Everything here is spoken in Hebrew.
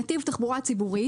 תחבורה ציבורית.